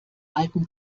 alten